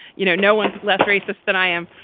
you know, no one's less racist than i am.